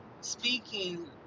speaking